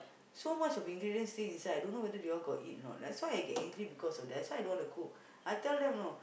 so much of ingredient still inside I don't know whether they all got eat or not that's why I get angry because of that that's why I don't want to cook I tell them you know